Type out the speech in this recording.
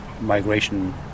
migration